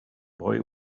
boy